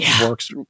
works